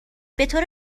بطور